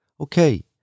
Okay